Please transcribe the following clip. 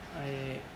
I